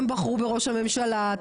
הם בחרו בראש הממשלה,